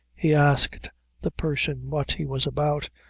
he asked the person what he was about,